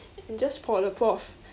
and just por the prof